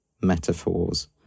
metaphors